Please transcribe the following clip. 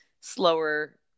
slower